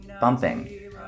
bumping